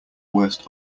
worst